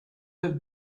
have